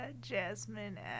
Jasmine